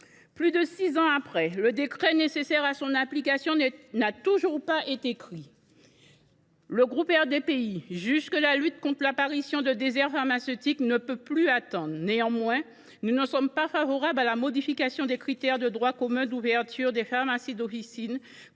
plus de six ans après sa publication, le décret nécessaire à son application n’a toujours pas été pris. Pour nous, élus du groupe RDPI, la lutte contre l’apparition de déserts pharmaceutiques ne peut plus attendre. Néanmoins, nous ne sommes pas favorables à la modification des critères de droit commun d’ouverture des pharmacies d’officine